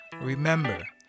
remember